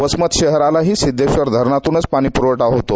वस्मत शहरालाही सिद्देश्वर धरणातूनच पाणी पुरवठा होतो